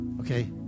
Okay